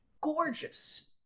gorgeous